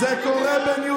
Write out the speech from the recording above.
אתה לא מאמין לנתניהו?